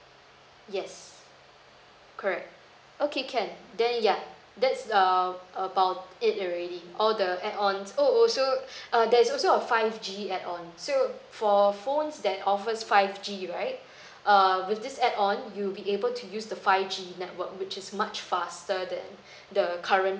yes correct okay can then yeah that's err about it already all the add on oh also uh there's also a five G add on so for phones that offers five G right err with this add on you'll be able to use the five G network which is much faster than the current